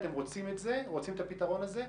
אתם רוצים את הפתרון הזה,